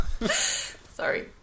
Sorry